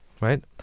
right